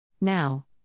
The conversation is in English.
Now